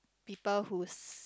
people who's